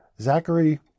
Zachary